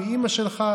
מי אימא שלך.